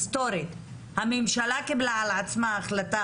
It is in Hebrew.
אם הממשלה קיבלה על עצמה החלטה,